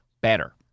better